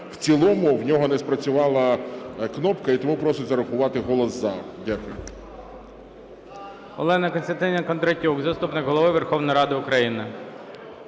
в цілому у нього не спрацювала кнопка, і тому просить зарахувати голос "за". Дякую.